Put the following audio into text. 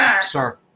Sir